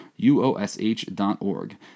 uosh.org